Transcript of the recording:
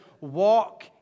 walk